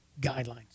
guidelines